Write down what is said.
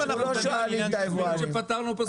אם אנחנו --- אני חושב שפתרנו את הסוגיה.